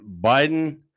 Biden